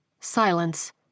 Silence